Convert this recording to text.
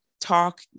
talk